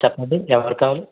చెప్పండి ఎవరు కావాలి